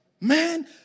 man